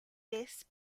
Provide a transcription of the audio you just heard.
this